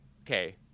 Okay